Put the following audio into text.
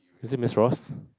is it Miss Ross